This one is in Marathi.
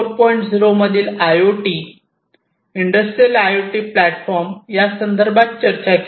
0 मधील I O T industrial I O T platform यासंदर्भात चर्चा केली